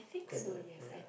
can right ya